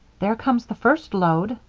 there comes the first load,